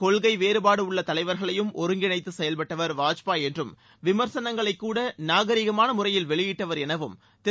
கொள்கை வேறபாடு உள்ள தலைவர்களையும் ஒருங்கிணைத்து செயல்பட்டவர் வாஜ்பாய் என்றும் விடர்சனங்களைக் கூட நாகரீகமான முறையில் வெளியிட்டவர் எனவும் திரு